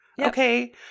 Okay